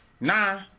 nah